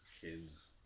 kids